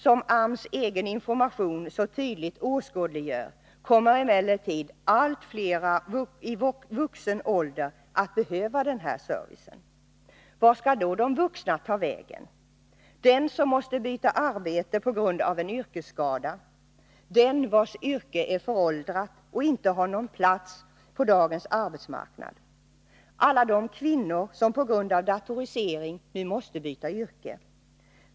Som AMS egen information så tydligt åskådliggör kommer emellertid allt fler i vuxen ålder att behöva denna service. Vart skall då de vuxna ta vägen? T. ex. den som måste byta arbete på grund av en yrkesskada? Den vars yrke är föråldrat och inte har någon plats på dagens arbetsmarknad? Alla de kvinnor som på grund av datorisering nu måste byta yrke?